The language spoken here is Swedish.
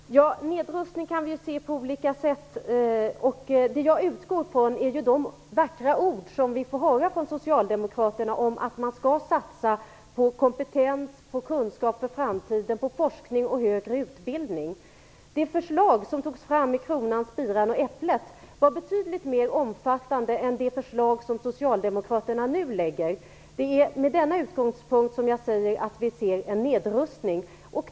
Fru talman! Nedrustning kan ses på olika sätt. Det jag utgår från är de vackra ord som vi får höra från socialdemokraterna om att man skall satsa på kompetens, på kunskap för framtiden och på forskning och högre utbildning. Det förslag som togs fram i "Kronan Spiran Äpplet" var betydligt mer omfattande än det förslag som Socialdemokraterna nu lägger fram. Det är med denna utgångspunkt som jag säger att vi ser en nedrustning.